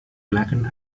blackened